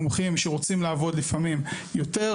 זה חלק גדול מאוד מהמתמחים והמתמחות במדינת ישראל,